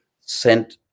sent